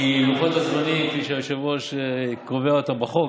כי לוחות הזמנים, כפי שהיושב-ראש קובע אותם בחוק,